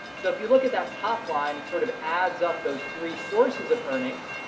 so if you look at that top line, it sort of adds up those three sources of earnings.